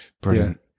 brilliant